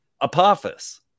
apophis